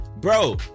bro